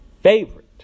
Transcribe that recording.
favorite